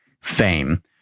Fame